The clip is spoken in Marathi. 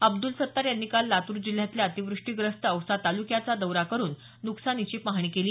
अब्दुल सत्तार यांनी काल लातूर जिल्ह्यातल्या अतिव्रष्टीग्रस्त औसा तालुक्याचा दौरा करुन नुकसानीची पाहणी केली